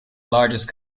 largest